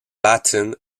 latin